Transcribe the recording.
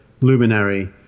Luminary